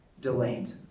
delayed